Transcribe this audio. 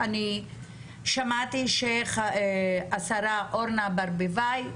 שמעתי שהשרה אורנה ברביבאי,